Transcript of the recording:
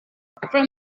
from